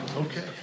Okay